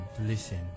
Listen